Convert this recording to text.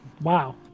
Wow